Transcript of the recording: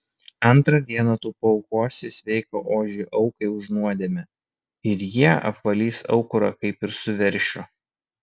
antrą dieną tu paaukosi sveiką ožį aukai už nuodėmę ir jie apvalys aukurą kaip ir su veršiu